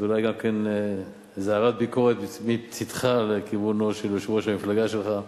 אז אולי זאת הערת ביקורת מצדך לכיוונו של יושב-ראש המפלגה שלך.